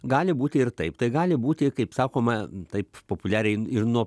gali būti ir taip tai gali būti kaip sakoma taip populiariai ir nuo